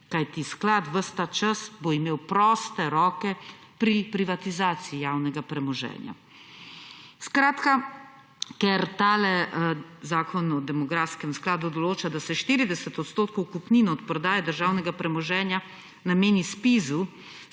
kajti sklad ves ta čas bo imel proste roke pri privatizaciji javnega premoženja. Skratka, ker ta Zakon o demografskem skladu določa, da se 40 % kupnin od prodaje državnega premoženja nameni ZPIZ,